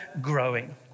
growing